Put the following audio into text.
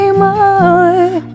more